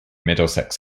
middlesex